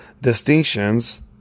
distinctions